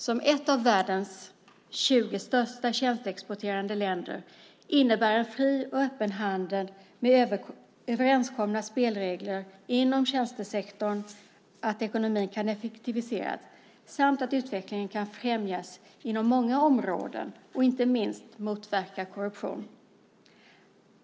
Sverige är ett av världens 20 största tjänsteexporterande länder, och en fri och öppen handel med överenskomna spelregler inom tjänstesektorn innebär att ekonomin kan effektiviseras samt att utvecklingen kan främjas inom många områden och inte minst motverka korruption.